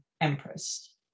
empress